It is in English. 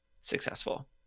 successful